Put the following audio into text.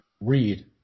read